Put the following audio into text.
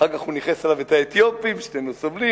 אחר כך הוא ניכס אליו את האתיופים: שנינו סובלים,